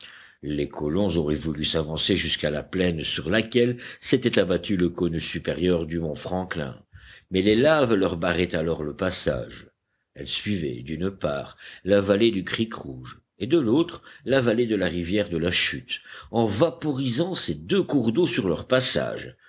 les colons auraient voulu s'avancer jusqu'à la plaine sur laquelle s'était abattu le cône supérieur du mont franklin mais les laves leur barraient alors le passage elles suivaient d'une part la vallée du creek rouge et de l'autre la vallée de la rivière de la chute en vaporisant ces deux cours d'eau sur leur passage